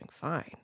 fine